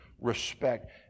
Respect